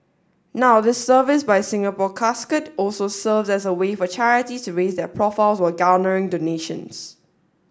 now this service by Singapore Casket also serves as a way for charities to raise their profiles while garnering donations